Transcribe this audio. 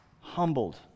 humbled